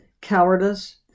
cowardice